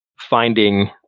finding